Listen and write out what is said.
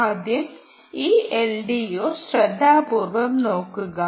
ആദ്യം ഈ എൽഡിഒ ശ്രദ്ധാപൂർവ്വം നോക്കുക